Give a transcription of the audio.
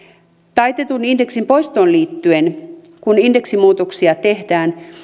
taitetun indeksin poistoon liittyen kun indeksimuutoksia tehdään